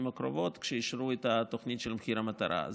הקרובות כשאישרו את התוכנית של מחיר המטרה.